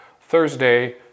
Thursday